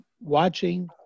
watching